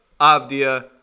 Avdia